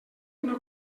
una